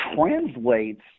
translates